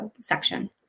section